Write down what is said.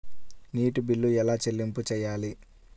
నీటి బిల్లు ఎలా చెల్లింపు చేయాలి?